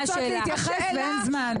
כולנו רוצות להתייחס ואין זמן.